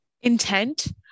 Intent